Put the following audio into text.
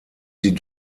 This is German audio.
sie